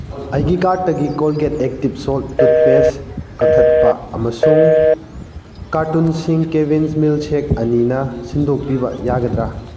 ꯑꯩꯒꯤ ꯀꯥꯔꯠꯇꯒꯤ Colgate active salt toothpaste ꯀꯛꯊꯠꯄ ꯑꯃꯁꯨꯡ ꯀꯥꯔꯇꯨꯟꯁꯤꯡ ꯀꯦꯚꯤꯟꯁ ꯃꯤꯜꯀꯁꯦꯛ ꯑꯅꯤꯅ ꯁꯤꯟꯗꯣꯛꯄꯤꯕ ꯌꯥꯒꯗ꯭꯭ꯔꯥ